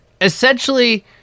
essentially